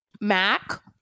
Mac